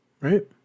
right